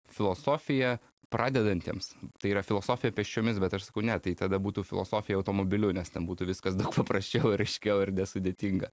filosofija pradedantiems tai yra filosofija pėsčiomis bet aš sakau ne tai tada būtų filosofija automobiliu nes ten būtų viskas daug paprasčiau ir aiškiau ir nesudėtinga